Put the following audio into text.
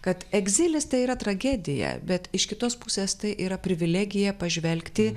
kad egzilis tai yra tragedija bet iš kitos pusės tai yra privilegija pažvelgti